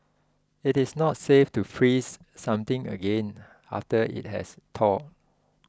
it is not safe to freeze something again after it has thawed